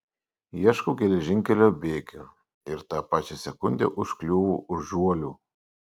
ieškau geležinkelio bėgių ir tą pačią sekundę užkliūvu už žuolių